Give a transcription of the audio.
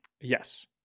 Yes